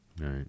right